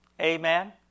Amen